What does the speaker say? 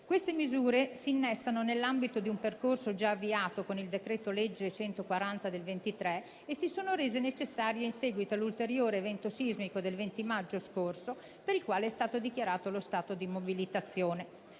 Queste misure si innestano nell'ambito di un percorso già avviato con il decreto-legge n. 140 del 2023 e si sono rese necessarie in seguito all'ulteriore evento sismico del 20 maggio scorso, per il quale è stato dichiarato lo stato di mobilitazione.